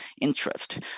interest